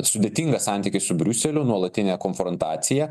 sudėtingas santykis su briuseliu nuolatinė konfrontacija